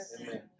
Amen